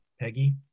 Peggy